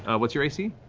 ah what's your ac?